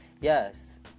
yes